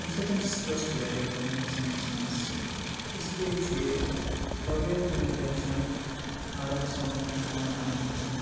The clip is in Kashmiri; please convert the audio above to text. اَمہِ سۭتٮ۪ن چھِ سِٹرٛٮ۪س تہِ واریاہ کَم گژھان اِنسانَس اِسلیے چھُ یہِ بغٲر کُنہِ ٹٮ۪نشَنہٕ آرام سان پٲٹھۍ ہٮ۪کان آرام کٔرِتھ